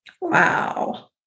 Wow